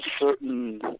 certain